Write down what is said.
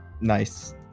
nice